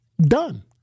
done